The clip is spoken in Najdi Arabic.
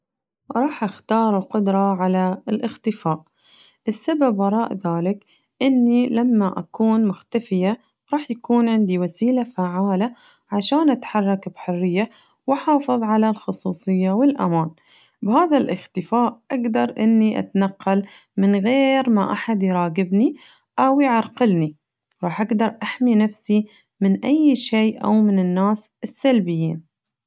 راح أختار القدرة على الاختفاء، السبب وراء ذلك إني لما أكون مختفية رح يكون عندي وسيلة فعالة عشان أتحرك بحرية وأحافظ على الخصوصية والأمان بهذا الاختفاء أقدر إني أتنقل من غير ما أحد يراقبني أو يعرقلني راح أقدر أحمي نفسي من أي شي أو من الناس السلبيين.